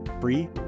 free